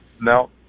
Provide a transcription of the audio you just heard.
No